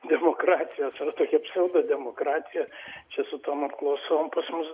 demokratijos ar tokia psiaudo demokratija čia su tom apklausom pas mus